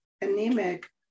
anemic